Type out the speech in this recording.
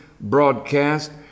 broadcast